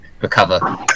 recover